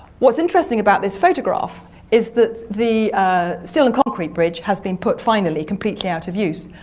what's interesting about this photograph is that the steel-and-concrete bridge has been put finally completely out of use,